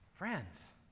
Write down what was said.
Friends